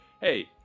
hey